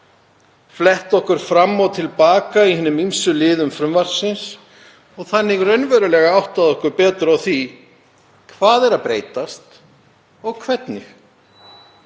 flett fram og til baka í hinum ýmsu liðum frumvarpsins og þannig áttað okkur betur á því hvað er að breytast og hvernig.